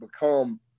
become